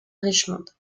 richmond